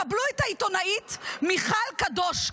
קבלו את העיתונאית מיכל קדוש,